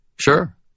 Sure